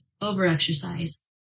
over-exercise